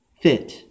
fit